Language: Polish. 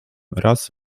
raz